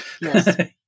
Yes